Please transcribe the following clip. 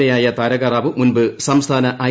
എയായ താരകറാവു മുൻപ് സംസ്ഥാന് ഐ